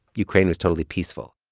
ukraine is totally peaceful.